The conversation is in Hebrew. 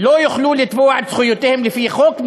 לא יוכלו לתבוע את זכויותיהם לפי חוק,